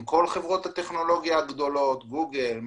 עם כל חברות הטכנולוגיה הגדולות כמו גוגל,